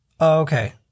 Okay